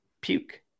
Puke